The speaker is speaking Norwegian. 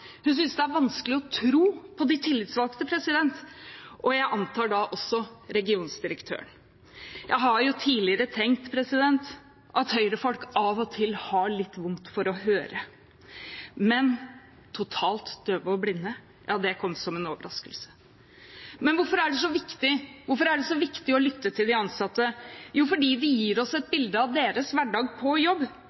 hun synes det er vanskelig å tro på de tillitsvalgte, og jeg antar da også på regiondirektøren. Jeg har tidligere tenkt at høyrefolk av og til har litt vondt for å høre, men totalt døve og blinde – ja, det kom som en overraskelse. Men hvorfor er det så viktig å lytte til de ansatte? Jo, fordi de gir oss et bilde av sin hverdag på jobb.